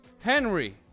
henry